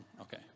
okay